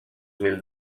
mil